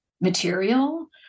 material